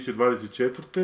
2024